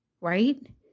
right